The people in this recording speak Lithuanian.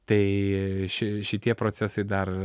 tai ši šitie procesai dar